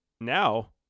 now